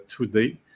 today